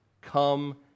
come